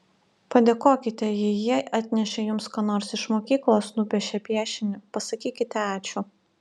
padėkokite jei jie atnešė jums ką nors iš mokyklos nupiešė piešinį pasakykite ačiū